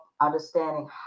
understanding